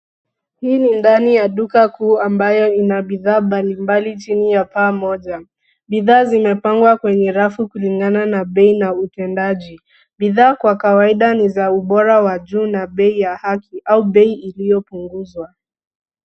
Hii ni ndani ya duka kuu ambayo ina bidhaa mbali mbali chini ya paa moja. Bidhaa zimepangwa kwenye rafu kulingana na bei na utendaji. Bidhaa kwa kawaida ni za ubora wa juu na bei ya haki au bei iliyopunguzwa.